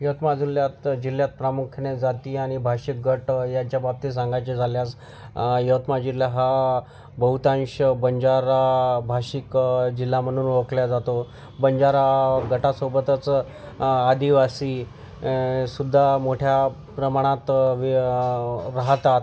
यवतमाळ जिल्ह्यात जिल्ह्यात प्रामुख्याने जाती आणि भाषिक गट यांच्या बाबतीत सांगायचे झाल्यास यवतमाळ जिल्हा हा बहुतांश बंजाराभाषिक जिल्हा म्हणून ओळखला जातो बंजारा गटासोबतच आदिवासी अं सुद्धा मोठ्या प्रमाणात वे राहतात